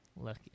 Look